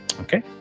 Okay